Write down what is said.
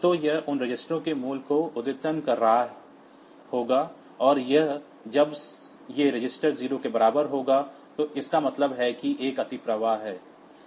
तो यह उन रजिस्टरों के मूल्य को अद्यतन कर रहा होगा और यह जब ये रजिस्टर 0 के बराबर होगा तो इसका मतलब है कि एक ओवरफ्लो है